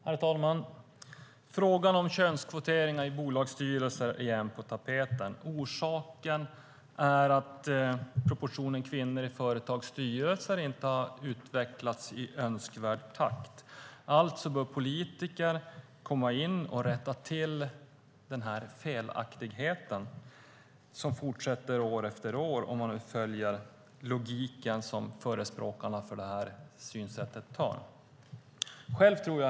Herr talman! Frågan om könskvotering i bolagsstyrelser är på tapeten igen. Orsaken är att proportionen mellan kvinnor och män i företags styrelser inte har utvecklats i önskvärd takt. Alltså bör politiker komma in och rätta till denna felaktighet som fortsätter år efter år, om man nu följer den logik som förespråkarna för detta synsätt har. Herr talman!